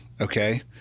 Okay